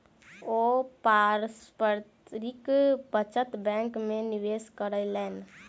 ओ पारस्परिक बचत बैंक में निवेश कयलैन